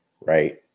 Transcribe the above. Right